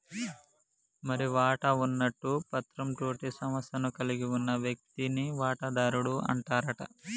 మరి వాటా ఉన్నట్టు పత్రం తోటే సంస్థను కలిగి ఉన్న వ్యక్తిని వాటాదారుడు అంటారట